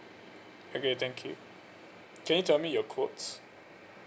okay thank you can you tell me your quotes